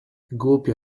głupio